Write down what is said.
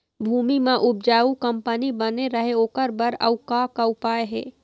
भूमि म उपजाऊ कंपनी बने रहे ओकर बर अउ का का उपाय हे?